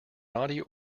naughty